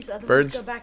Birds